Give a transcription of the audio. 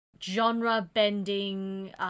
genre-bending